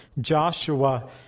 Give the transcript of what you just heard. Joshua